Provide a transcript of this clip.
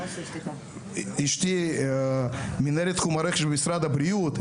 אשתי מנהלת תחום הרכש במשרד הבריאות,